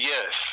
Yes